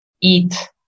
eat